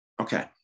Okay